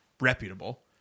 reputable